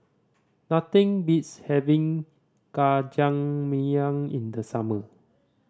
nothing beats having Jajangmyeon in the summer